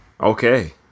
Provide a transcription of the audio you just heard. Okay